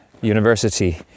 university